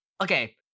okay